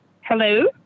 Hello